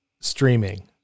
streaming